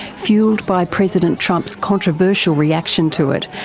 fuelled by president trump's controversial reaction to it,